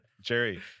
Jerry